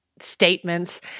statements